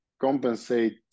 compensate